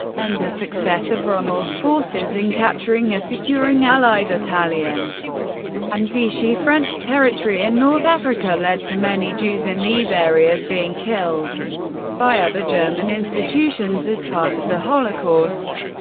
and the success of rommel's forces in capturing or securing allied, italian and vichy french territory in north africa led to many jews in these areas being killed by other german institutions as part of the holocaust.